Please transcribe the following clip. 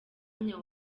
mwanya